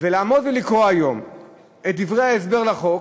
ולעמוד ולקרוא היום את דברי ההסבר לחוק,